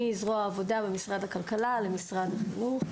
מזרוע העבודה במשרד הכלכלה למשרד החינוך.